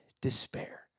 despair